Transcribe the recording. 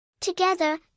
Together